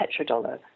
petrodollar